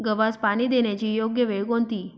गव्हास पाणी देण्याची योग्य वेळ कोणती?